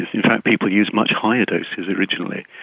in fact people used much higher doses originally,